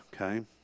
okay